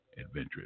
adventurous